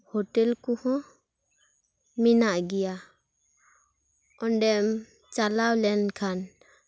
hotel ᱠᱚᱦᱚᱸ ᱢᱮᱱᱟᱜ ᱜᱮᱭᱟ ᱚᱸᱰᱮᱢ ᱪᱟᱞᱟᱣ ᱞᱮᱱᱠᱷᱟᱱ